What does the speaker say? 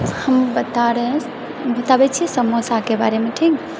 हम बताबै छी समोसाके बारेमे ठीक